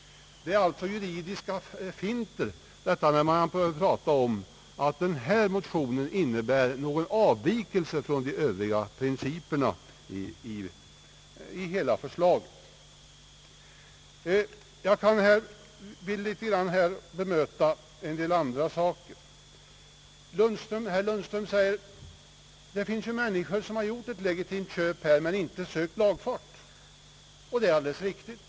Det är alltså juridiska finter när man säger, att denna motion innebär någon avvikelse från övriga principer i hela förslaget. Jag vill här i någon mån bemöta en del andra uttalanden. Herr Lundström säger, att det ju finns människor som har gjort ett legitimt köp men inte sökt lagfart. Det är alldeles riktigt.